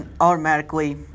automatically